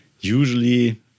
Usually